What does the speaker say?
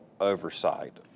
oversight